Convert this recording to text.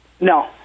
No